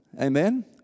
amen